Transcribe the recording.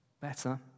better